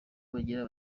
bagira